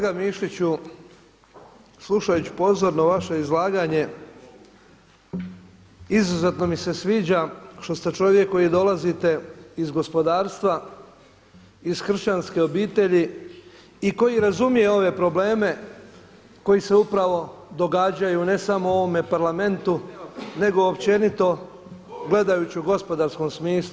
Kolega Mišiću, slušajući pozorno vaše izlaganje izuzetno mi se sviđa što ste čovjek koji dolazite iz gospodarstva, iz kršćanske obitelji i koji razumije ove probleme koji se upravo događaju ne samo u ovome Parlamentu nego općenito gledajući u gospodarskom smislu.